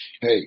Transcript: hey